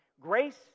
Grace